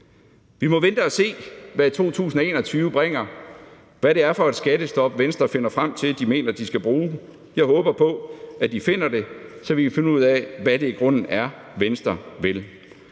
Vi må vente og se, hvad 2021 bringer, hvad det er for et skattestop, som Venstre finder frem til at de mener de skal bruge. Jeg håber på, at de finder det, så vi kan finde ud af, hvad Venstre i grunden vil.